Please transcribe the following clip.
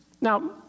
Now